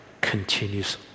continues